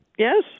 Yes